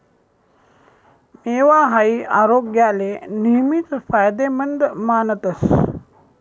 मेवा हाई आरोग्याले नेहमीच फायदेमंद मानतस